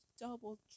double